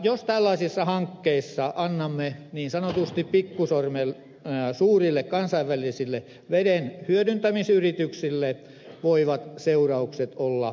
jos tällaisissa hankkeissa annamme niin sanotusti pikkusormen suurille kansainvälisille vedenhyödyntämisyrityksille voivat seuraukset olla arvaamattomia